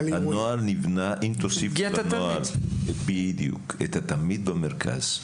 הנוהל נבנה אם תוסיף לנוהל את התלמיד במרכז.